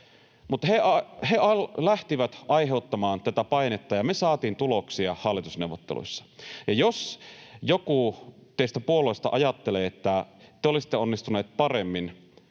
he lähtivät aiheuttamaan tätä painetta, ja me saatiin tuloksia hallitusneuvotteluissa. Jos joku teistä puolueista ajattelee, että te olisitte onnistuneet paremmin,